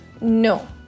No